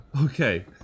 Okay